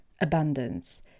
abundance